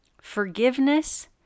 Forgiveness